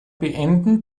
beenden